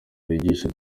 bigisha